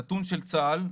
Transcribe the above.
נתון של צה"ל,